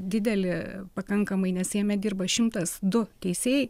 dideli pakankamai nes jame dirba šimtas du teisėjai